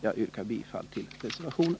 Jag yrkar bifall till reservationen.